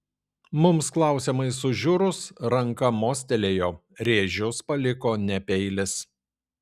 mums klausiamai sužiurus ranka mostelėjo rėžius paliko ne peilis